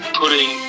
putting